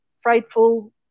frightful